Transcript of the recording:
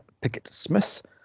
Pickett-Smith